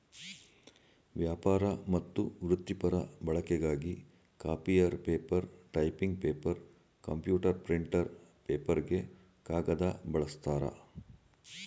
ವ್ಯಾಪಾರ ಮತ್ತು ವೃತ್ತಿಪರ ಬಳಕೆಗಾಗಿ copier paper typing paper computer printer ಪೇಪರ್ಗೆ ಕಾಗದ ಬಳಸ್ತಾರೆ